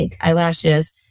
eyelashes